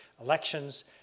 elections